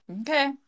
Okay